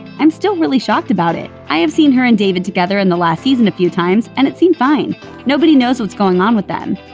i'm still really shocked about it. i have seen her and david together in the last season a few times, and it seemed fine nobody knows what's going on with them.